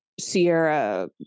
Sierra